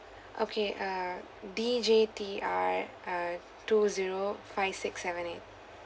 okay err D J T R uh two zero five six seven eight